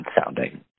sounding